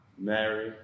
Mary